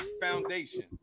foundation